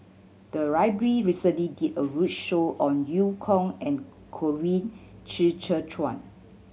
the library recently did a roadshow on Eu Kong and Colin Qi Zhe Quan